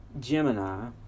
Gemini